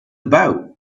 about